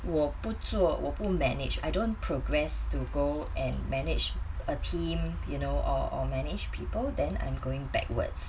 我不做我不 manage I don't progressed to go and managed a team you know or or manage people then I'm going backwards